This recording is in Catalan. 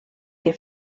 que